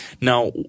now